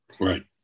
Right